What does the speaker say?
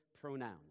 pronouns